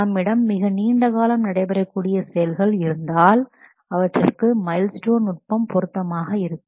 நம்மிடம் மிக நீண்ட காலம் நடைபெறக்கூடிய செயல்கள் இருந்தால் அவற்றிற்கு மைல் ஸ்டோன் நுட்பம் பொருத்தமாக இருக்கும்